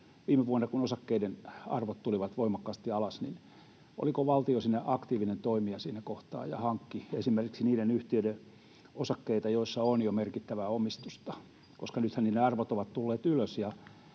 viime vuonna osakkeiden arvot tulivat voimakkaasti alas, niin oliko valtio aktiivinen toimija siinä kohtaa ja hankki esimerkiksi niiden yhtiöiden osakkeita, joissa on jo merkittävää omistusta. Nythän niiden arvot ovat tulleet ylös,